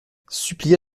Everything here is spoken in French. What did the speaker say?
supplia